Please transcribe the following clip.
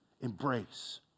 embrace